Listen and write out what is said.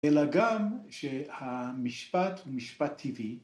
‫אלא גם שהמשפט הוא משפט טבעי.